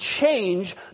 change